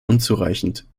unzureichend